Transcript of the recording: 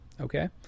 okay